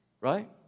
right